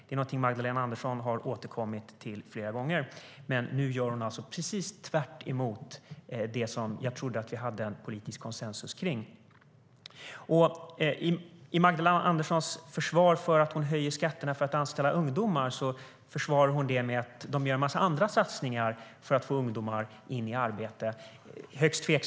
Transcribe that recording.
Det är någonting som Magdalena Andersson har återkommit till flera gånger, men nu gör hon alltså precis tvärtemot det som jag trodde att vi hade en politisk konsensus kring.I Magdalena Anderssons försvar för att hon höjer skatterna för att anställa ungdomar säger hon att det görs en massa andra satsningar för att få ungdomarna in i arbete.